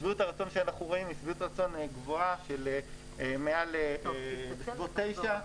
שביעות הרצון שאנחנו רואים היא שביעות רצון גבוהה בסביבות תשע,